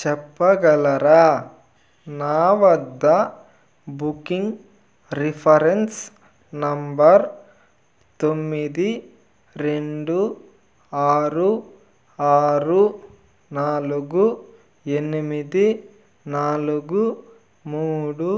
చెప్పగలరా నా వద్ద బుకింగ్ రిఫరెన్స్ నంబర్ తొమ్మిది రెండు ఆరు ఆరు నాలుగు ఎనిమిది నాలుగు మూడు